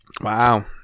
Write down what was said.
Wow